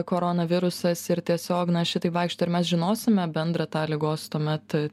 koronavirusas ir tiesiog na šitaip vaikšto ir mes žinosime bendrą tą ligos tuomet